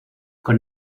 con